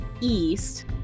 east